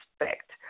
respect